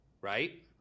Right